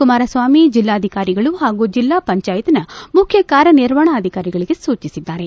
ಕುಮಾರಸ್ವಾಮಿ ಜಿಲ್ಲಾಧಿಕಾರಿಗಳು ಹಾಗೂ ಜಿಲ್ಲಾ ಪಂಚಾಯತ್ನ ಮುಖ್ಯ ಕಾರ್ಯನಿರ್ವಹಣಾಧಿಕಾರಿಗಳಿಗೆ ಸೂಚಿಸಿದ್ದಾರೆ